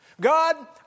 God